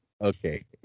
okay